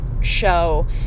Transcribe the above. show